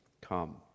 come